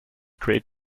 great